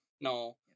no